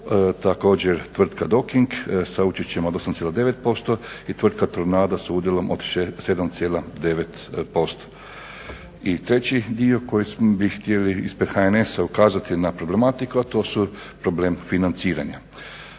također tvrtka Dok-Ing sa učešćem od 8,9% i tvrtka Tornado sa udjelom od 7,9%. I treći dio koji bi htjeli ispred HNS-a ukazati na problematiku, a to je problem financiranja.